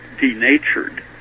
denatured